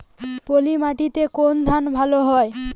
পলিমাটিতে কোন ধান ভালো হয়?